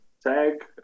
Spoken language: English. tag